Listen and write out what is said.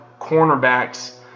cornerbacks